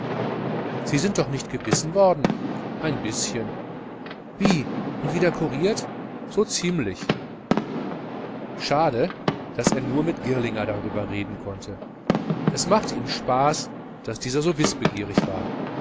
sie sind doch nicht gebissen worden ein bischen wie und wieder kuriert so ziemlich schade daß er nur mit girlinger darüber reden konnte dem setzte er aber dafür auch tüchtig zu und es machte ihm unverhohlenen spaß daß dieser so wißbegierig war